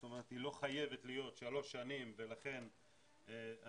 זאת אומרת היא לא חייבת להיות שלוש שנים ולכן אנחנו